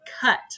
cut